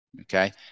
Okay